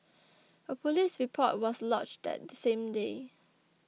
a police report was lodged that same day